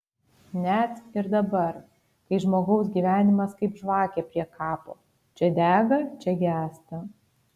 net ir dabar kai žmogaus gyvenimas kaip žvakė prie kapo čia dega čia gęsta